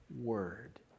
Word